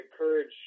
encourage